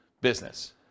business